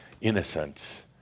innocence